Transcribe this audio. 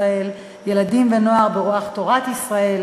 ילדים ונוער בישראל ברוח תורת ישראל.